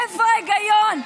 איפה ההיגיון?